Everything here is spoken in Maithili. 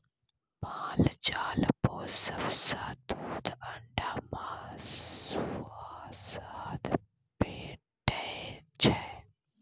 माल जाल पोसब सँ दुध, अंडा, मासु आ शहद भेटै छै